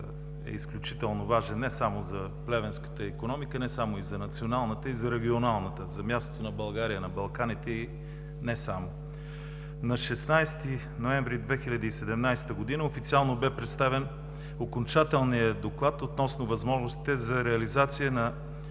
е изключително важен не само за плевенската икономика, не само за националната и за регионалната – за мястото на България на Балканите, и не само. На 16 ноември 2017 г. официално бе представен окончателният доклад относно възможностите за реализация на